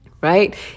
Right